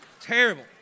Terrible